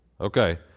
Okay